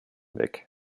weg